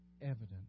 evidence